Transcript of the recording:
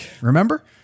Remember